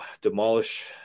demolish